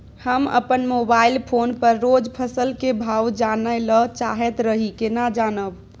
हम अपन mobile phone पर रोज फसल के भाव जानय ल चाहैत रही केना जानब?